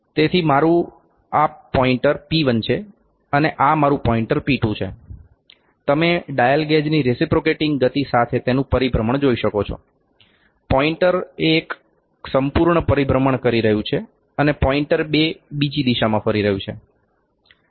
તેથી આ મારું પોઇન્ટર P1 છે અને આ મારું પોઇન્ટર P2 છે તમે ડાયલ ગેજની રેસીપ્રોકેટિંગ ગતિ સાથે તેનુ પરિભ્રમણ જોઈ શકો છો પોઇન્ટર એક એ સંપૂર્ણ પરિભ્રમણ કરી રહ્યું છે અને પોઇન્ટર બે બીજી દિશામાં ફરી રહ્યું છે